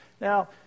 Now